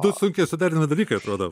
du sunkiai suderinami dalykai atrodo